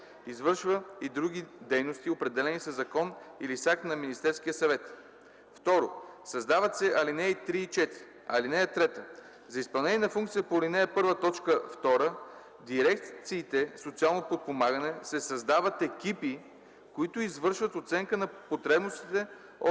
извършва и други дейности, определени със закон или с акт на Министерския съвет.” 2. Създават се ал. 3 и 4: „(3) За изпълнение на функциите по ал. 1, т. 2 в дирекциите „Социално подпомагане” се създават екипи, които извършват оценка на потребностите от